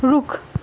रुख